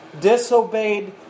disobeyed